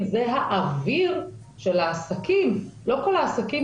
על היקף הכלכלה השחורה,